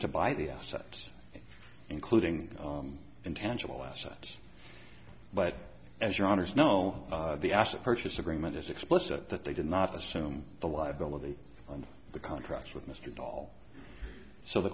to buy the assets including intangible assets but as your honour's know the asset purchase agreement is explicit that they did not assume the liability under the contract with mr hall so the